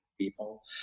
people